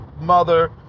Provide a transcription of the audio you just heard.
mother